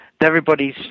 everybody's